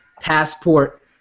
Passport